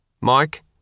Mike